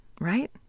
right